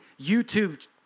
youtube